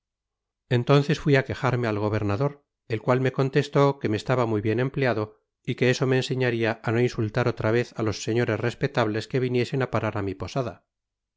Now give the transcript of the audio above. entonces fui á quejarme al gobernador el cual me contestó que me estaba muy bien empleado y que eso me enseñarla á no insultar otra vez á los señores respetables que viniesen á parar á mi posada